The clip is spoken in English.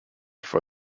for